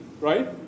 right